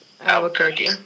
Albuquerque